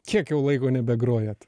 kiek jau laiko nebegrojat